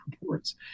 reports